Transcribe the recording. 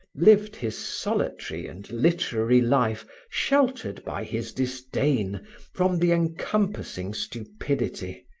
lived his solitary and literary life sheltered by his disdain from the encompassing stupidity,